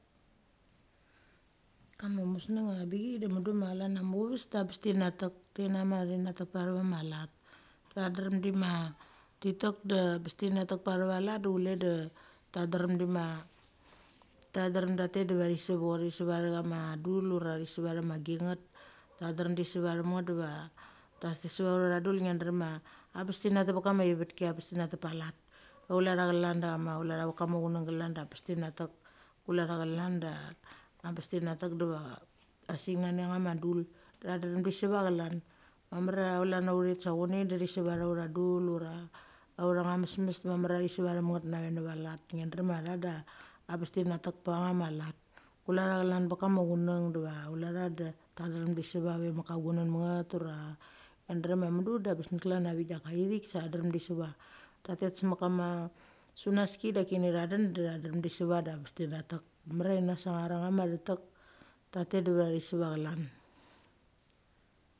Kama musng a bik chia de mudu ma chlan cha muchaves debes ti nacha tek ti nechama thi necha tek patha vama lat da drem dima ta drem ta tek diva thi sevo, this seva the chama dul ura thi seva tha ma ginget, tha drem thi seva them nget diva ti seva tha utha dul ngia drem a bes ti necha tek pakama ivetki abes tinecha tek pacha lat. De chule chag chlan de chule cha ve kama ungng klan de bes ti necha tek, kulecha chlan de bes ti necha tek diva asik nechani a chama dul. De tha drem ti seva chlan. Mamar cha chlan necha uthet sa chonea de thi seva tha utha dul ura autha cha mesmes mamar cha thi seva them nget necha ve necha va let ngia drem cha tha de bes ti necha tek pacha ma let. Kule tha chlan pe kama chung diva chule tha de ta drem ti seva ve mek ka gungngmet ura, ngia drem mudu de bes nget klan a vik daka ithit sa tha drem ti seva. Ta tet semek kama sunaski da ki necha dan de cha drem ti seva da bes ti necha tek mamar cha thi necha sangar acha ma the tek ta tet diva ithi seva chlan.